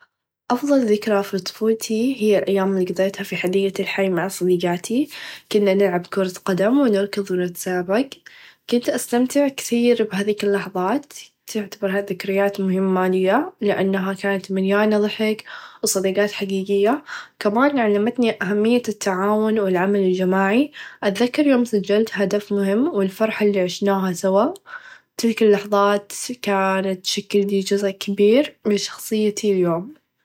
أفظل ذكرى في طفولتي هى ايام الي قديتها في حديقه الحي مع صديقاتي كنا نلعب كره قدم و نركد و نتسابق كنت استمتع كثير بهذيك اللحظات تعتبر ذكريات مهمه ليا لانها مليانه ظحك و صديقات حقيقيه كمان علمتني اهميه التعاون و العمل الچماعي اتذكر يوم سچلت هدف مهم و الفرحه الي عشناها سوا تلك اللحظات كانت شكل چزء كبير من شخصيتي اليوم.